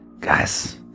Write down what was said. Guys